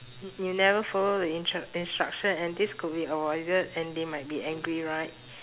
y~ you never follow the instru~ instruction and this could be avoided and they might be angry right